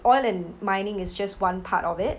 oil and mining is just one part of it